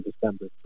December